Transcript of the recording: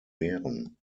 wehren